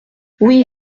oui